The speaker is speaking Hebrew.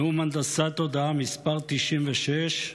נאום הנדסת תודעה מס' 96,